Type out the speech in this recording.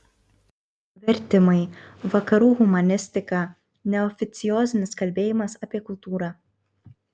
vertimai vakarų humanistika neoficiozinis kalbėjimas apie kultūrą